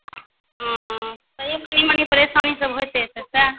हॅं तैयो कनि मनि परेशानी तऽ होइते छै